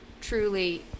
truly